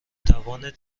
توان